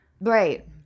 Right